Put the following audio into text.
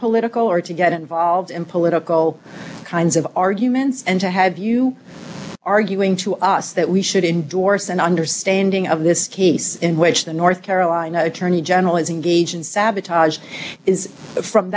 political or to get involved in political kinds of arguments and to have you arguing to us that we should indorse an understanding of this case in which the north carolina attorney general is engaged in sabotage is a from